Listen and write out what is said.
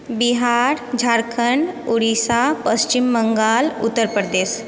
Bihar Jharkhand Orissa Paschim Bengal Uttar Pradesh